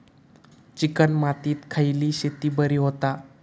Chicken मातीत खयली शेती बरी होता?